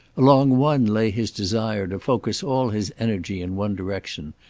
along one lay his desire to focus all his energy in one direction,